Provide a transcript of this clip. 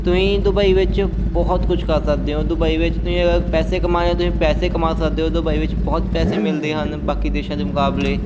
ਤੁਸੀਂ ਦੁਬਈ ਵਿੱਚ ਬਹੁਤ ਕੁਛ ਕਰ ਸਕਦੇ ਹੋ ਦੁਬਈ ਵਿੱਚ ਤੁਸੀਂ ਪੈਸੇ ਕਮਾਏ ਤੁਸੀਂ ਪੈਸੇ ਕਮਾ ਸਕਦੇ ਹੋ ਦੁਬਈ ਵਿੱਚ ਬਹੁਤ ਪੈਸੇ ਮਿਲਦੇ ਹਨ ਬਾਕੀ ਦੇਸ਼ਾਂ ਦੇ ਮੁਕਾਬਲੇ